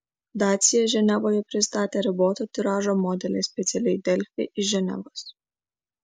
dacia ženevoje pristatė riboto tiražo modelį specialiai delfi iš ženevos